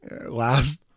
last